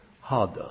harder